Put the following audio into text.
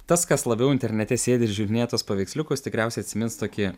tas kas labiau internete sėdi ir žiūrinėja tuos paveiksliukus tikriausiai atsimins tokį